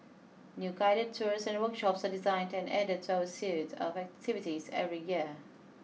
new guided tours and workshops are designed and added to our suite of activities every year